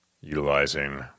Utilizing